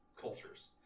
cultures